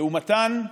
לעומתן,